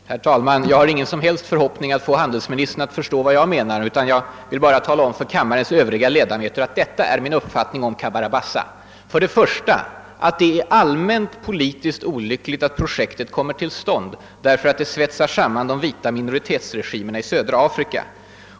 Herr talman! Jag har ingen som helst förhoppning om att få handelsministern att förstå vad jag menar, men jag vill än en gång tala om för kammarens ledamöter vad som är min uppfattning om Cabora Bassa. För det första har jag sagt att det är allmänt olyckligt att projektet kommer till stånd, eftersom det svetsar samman de vita minoritetsregimerna i södra Afrika.